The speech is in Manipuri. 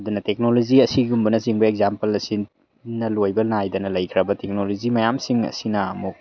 ꯑꯗꯨꯅ ꯇꯦꯛꯅꯣꯂꯣꯖꯤ ꯑꯁꯤꯒꯨꯝꯕꯅ ꯆꯤꯡꯕ ꯑꯦꯛꯖꯥꯝꯄꯜ ꯑꯁꯤꯅ ꯂꯣꯏꯕ ꯅꯥꯏꯗꯅ ꯂꯩꯈ꯭ꯔꯕ ꯇꯦꯛꯅꯣꯂꯣꯖꯤ ꯃꯌꯥꯝꯁꯤꯡ ꯑꯁꯤꯅ ꯑꯃꯨꯛ